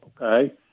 Okay